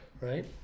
right